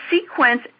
sequence